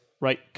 right